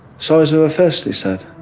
size of a fist, he said.